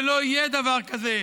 ולא יהיה דבר כזה.